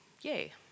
yay